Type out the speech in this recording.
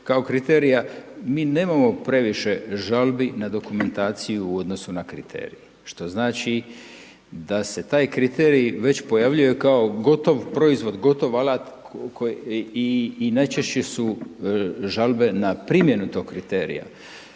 kao kriterija. Mi nemamo previše žalbi na dokumentaciju u odnosu na kriterije, što znači da se taj kriterij već pojavljuje kao gotov proizvod, gotov alat i najčešće su žalbe na primjenu tog kriterija.